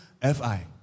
FI